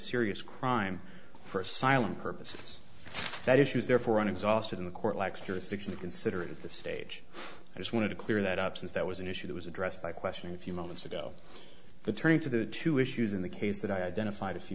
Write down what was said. serious crime are silent purposes that issues there for an exhausted in the court lacks jurisdiction to consider at this stage i just wanted to clear that up since that was an issue that was addressed by question a few moments ago the turning to the two issues in the case that i identified a few